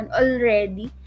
already